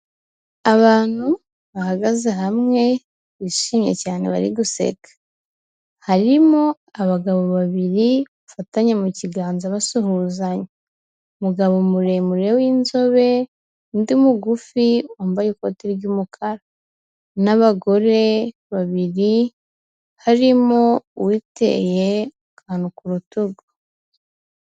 Abantu bahagaze hamwe bishimye cyane bari guseka, harimo abagabo babiri bafatanye mu kiganza basuhuzanya, umugabo muremure w'inzobe undi mugufi wambaye ikoti ry'umukara n'abagore babiri harimo uwiteye akantu ku rutugu.